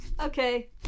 Okay